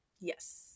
yes